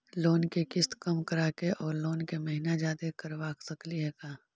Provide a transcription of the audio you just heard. Loan के किस्त कम कराके औ लोन के महिना जादे करबा सकली हे का?